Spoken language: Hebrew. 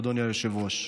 אדוני היושב-ראש,